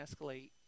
escalate